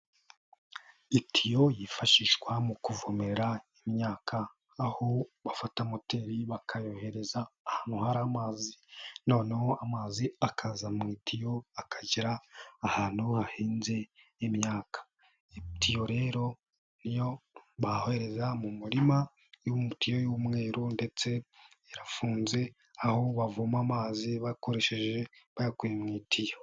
Itiyo yifashishwa mu kuvomera imyaka aho bafata moteri bakayohereza ahantu hari amazi noneho amazi akaza mu itiyo akagera ahantu hahinze imyaka, itiyo rero ni yo bohereza mu murima, ni itiyo y'umweru ndetse irafunze aho bavoma amazi bakoresheje bayakuye mu itiyo.